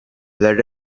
let